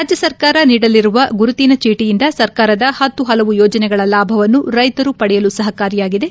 ರಾಜ್ಯ ಸರ್ಕಾರ ನೀಡಲಿರುವ ಗುರುತಿನ ಚೀಟಿಯಿಂದ ಸರ್ಕಾರದ ಹತ್ತು ಹಲವು ಯೋಜನೆಗಳ ಲಾಭವನ್ನು ರೈತರು ಪಡೆಯಲು ಸಹಕಾರಿಯಾಗಲಿದೆ